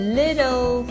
little